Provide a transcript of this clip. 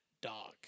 dog